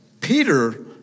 Peter